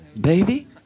baby